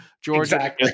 Georgia